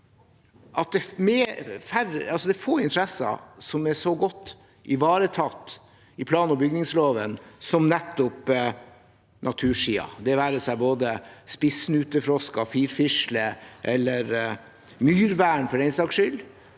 at det er få interesser som er så godt ivaretatt i plan- og bygningsloven som nettopp natursiden. Det være seg både spissnutefrosk, firfisle, myrvern, for den saks skyld,